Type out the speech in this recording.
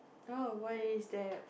oh why is that